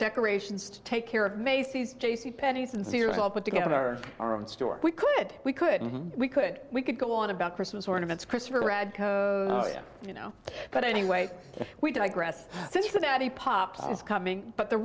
decorations to take care of macy's j c penney's and sirius all put together our own store we could we could we could we could go on about christmas ornaments christopher radko you know but anyway we digress cincinnati pops is coming but the